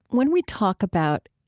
when we talk about,